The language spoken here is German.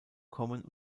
kommen